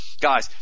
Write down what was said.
Guys